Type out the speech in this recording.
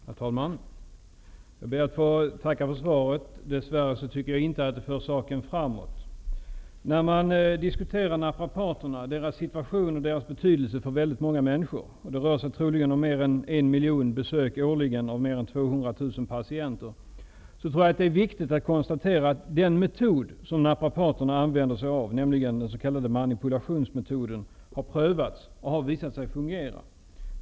Herr talman! Jag ber att få tacka för svaret. Dess värre tycker jag inte att det för saken framåt. När man diskuterar naprapaternas betydelse för många människor -- det rör sig troligen om en miljon besök årligen för mer än 200 000 patienter -- är det viktigt att konstatera att den metod som naprapaterna använder sig av, nämligen den s.k. manipulationsmetoden, har prövats och visat sig fungera.